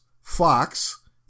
Fox